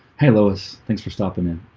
hey louis. thanks for stopping in.